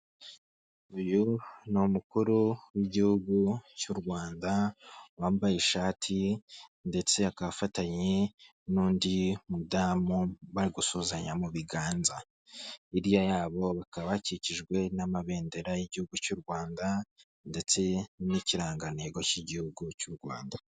Uyu ni umukuru w'igihugu cy'u Rwanda, wambaye ishati ndetse akaba afatanye n'undi mudamu bari gusuzanya mu biganza, hirya yabo bakaba bakikijwe n'amabendera y'igihugu cy'u Rwanda ndetse n'ikirangantego cy'igihugu cy'u Randa.